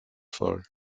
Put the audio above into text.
floor